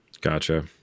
Gotcha